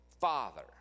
Father